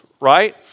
right